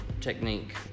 technique